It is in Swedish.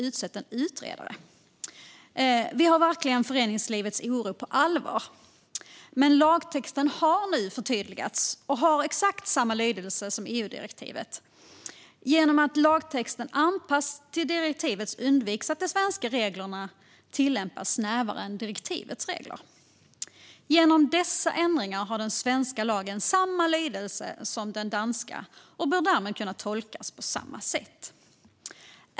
Vi tar verkligen föreningslivets oro på allvar, och lagtexten har nu förtydligats och har exakt samma lydelse som EU-direktivet. Genom att lagtexten anpassas till direktivet undviks att de svenska reglerna tillämpas snävare än direktivets regler. Genom dessa ändringar har den svenska lagen samma lydelse som den danska och bör därmed kunna tolkas på samma sätt.